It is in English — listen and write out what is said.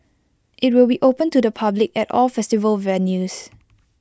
IT will be open to the public at all festival venues